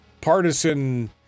partisan